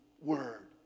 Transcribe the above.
word